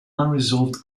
unresolved